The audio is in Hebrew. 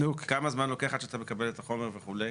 כמה זמן לוקח עד שאתה מקבל את החומר וכו'?